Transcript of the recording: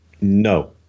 No